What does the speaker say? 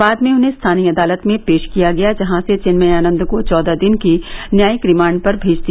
बाद में उन्हें स्थानीय अदालत में पेश किया गया जहां से चिन्मयानद को चौदह दिन की न्यायिक रिमांड पर भेज दिया